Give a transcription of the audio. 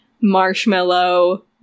marshmallow